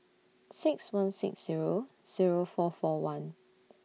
six one six Zero Zero four four one